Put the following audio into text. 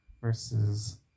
versus